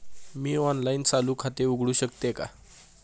मी online चालू खाते उघडू शकते का?